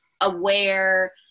aware